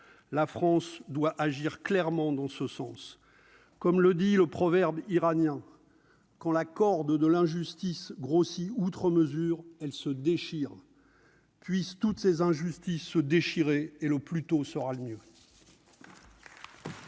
la France doit agir clairement dans ce sens, comme le dit le proverbe iranien quand la corde de l'injustice grossit outre mesure, elle se déchire puisse toutes ces injustices se déchirer et le plus tôt sera le mieux.